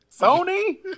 Sony